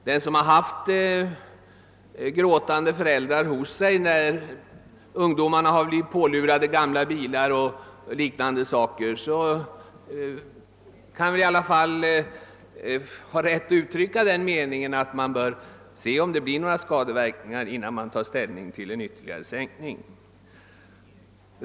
Den som har haft gråtande föräldrar hos sig, när ungdomarna har blivit pålurade gamla bilar och liknande saker, kan i alla fall ha den meningen att man bör undersöka om det blir några skadeverkningar, innan man tar ställning till en ytterligare sänkning.